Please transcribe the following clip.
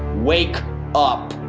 wake up.